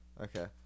Okay